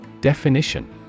Definition